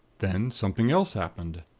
then something else happened.